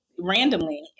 randomly